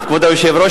כבוד היושב-ראש,